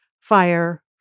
fire